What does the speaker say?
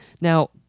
Now